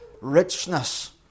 richness